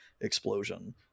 explosion